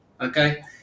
okay